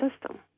system